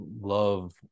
love